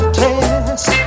test